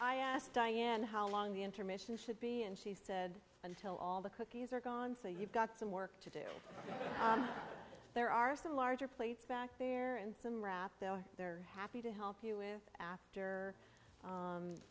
i asked diane how long the intermission should be and she said until all the cookies are gone so you've got some work to do there are some larger plates back there and some rap though they're happy to help you with after